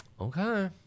Okay